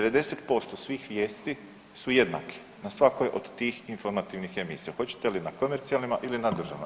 90% svih vijesti su jednaki na svakoj od tih informativnih emisija, hoćete li na komercijalnima ili na državnima.